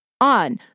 on